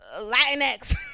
Latinx